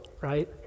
right